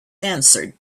answered